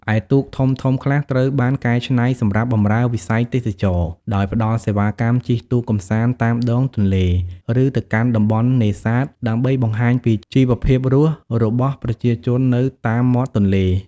ឯទូកធំៗខ្លះត្រូវបានកែច្នៃសម្រាប់បម្រើវិស័យទេសចរណ៍ ដោយផ្តល់សេវាកម្មជិះទូកកម្សាន្តតាមដងទន្លេ ឬទៅកាន់តំបន់នេសាទ ដើម្បីបង្ហាញពីជីវភាពរស់របស់ប្រជាជននៅតាមមាត់ទន្លេ។